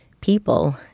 people